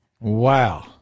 Wow